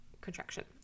contraction